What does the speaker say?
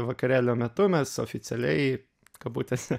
vakarėlio metu mes oficialiai kabutėse